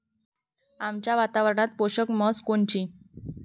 आमच्या वातावरनात पोषक म्हस कोनची?